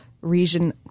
region